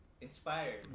inspired